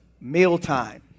mealtime